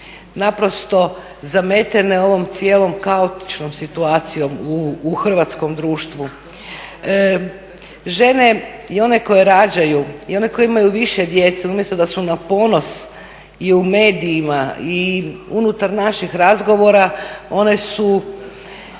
naprosto zametene ovom cijelom kaotičnom situacijom u hrvatskom društvu. Žene, i one koje rađaju, i one koje imaju više djece umjesto da su na ponos i u medijima i unutar naših razgovora one služe